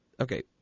Okay